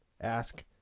Ask